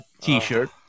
T-shirt